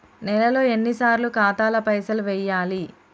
నెలలో ఎన్నిసార్లు ఖాతాల పైసలు వెయ్యాలి?